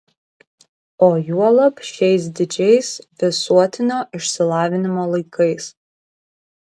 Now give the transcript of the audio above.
o juolab šiais didžiais visuotinio išsilavinimo laikais